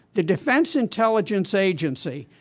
the defense intelligence agency,